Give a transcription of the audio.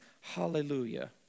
Hallelujah